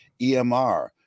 emr